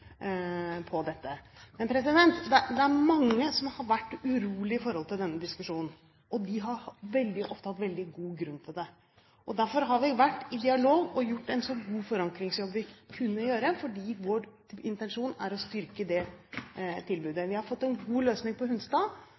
på dette. Det er mange som har vært urolige i forhold til denne diskusjonen. De har veldig ofte hatt veldig god grunn til det. Derfor har vi vært i dialog og gjort en så god forankringsjobb vi kunne gjøre, fordi vår intensjon er å styrke tilbudet. Vi har fått en god løsning på Hunstad,